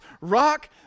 rock